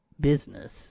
business